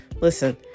Listen